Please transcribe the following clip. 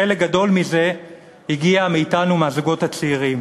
חלק גדול מזה הגיע מאתנו, מהזוגות הצעירים.